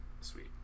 Sweet